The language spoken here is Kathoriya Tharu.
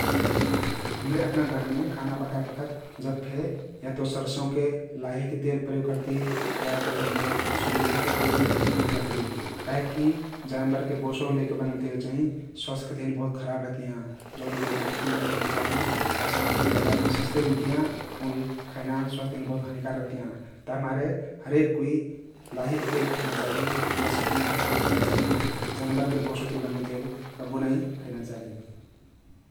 हम्रे अपना घरमे खाना पकइ बखत जब फे या ते सरसौं लाहिके तेल प्रयोग करती या हम्रे सुर्यामुखीके तेल प्रयोग करती । काहिकि जानबरके बोसो लैके बनल तेल चाहिं स्वास्थय के तहिन बहुत खराब रहतियाँ जउन हम्रे बिलकुल नाई खैना चाहि । अइसन तेल बजारमे सस्ते मिल्तियाँ मुल खैना स्वास्थ्यके तहिन बहुत हानिकारक रहतियाँ । तभिमारे हरेक कुइ लाहिक तेल खैना चाहि या सु्र्यामुखीके तेल खैना चाहि । जानबरके बोसोति बनल तेल कबु नाई खैना चाहि ।